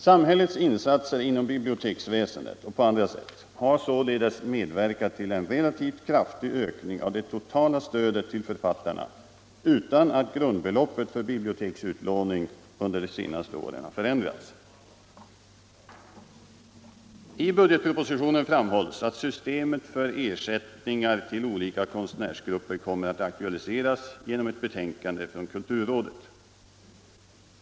Samhällets insatser inom biblioteksväsendet och andra områden har således medverkat till en relativt kraftig ökning av det totala stödet till författarna utan att grundbeloppet för biblioteksutlåning under de senaste åren förändrats. I budgetpropositionen framhålls att systemet för ersättningar till olika konstnärsgrupper kommer att aktualiseras genom ett betänkande från kulturrådet.